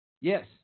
Yes